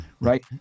right